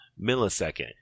millisecond